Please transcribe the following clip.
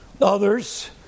Others